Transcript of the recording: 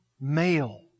male